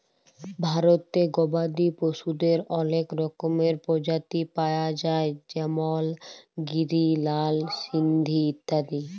ভারতে গবাদি পশুদের অলেক রকমের প্রজাতি পায়া যায় যেমল গিরি, লাল সিন্ধি ইত্যাদি